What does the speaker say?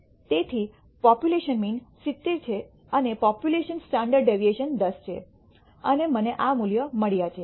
તેથી population mean 70 છે અને પોપ્યુલેશન સ્ટાન્ડર્ડ ડેવિએશન 10 છે અને મને આ મૂલ્યો મળ્યાં છે